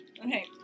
Okay